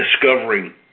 discovering